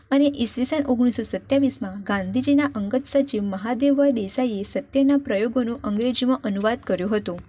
અને ઈસવીસન ઓગણીસ સો સત્યાવીસમાં ગાંધીજીના અંગત સચિવ મહાદેવભાઈ દેસાઈએ સત્યના પ્રયોગોનો અંગ્રેજીમાં અનુવાદ કર્યો હતો